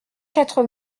quatre